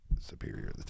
superior